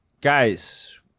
guys